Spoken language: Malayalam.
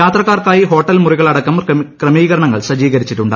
യാത്രക്കാർക്കായി ഹോട്ടൽ മുറികളടക്കം ക്രമീകരണങ്ങൾ സജ്ജീകരിച്ചിട്ടുണ്ട്